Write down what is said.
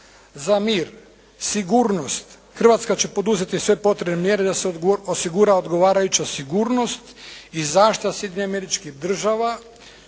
za mir. Sigurnost. Hrvatska će poduzeti sve potrebne mjere da se osigura odgovarajuća sigurnost i zaštita Sjedinjenih Američkih Država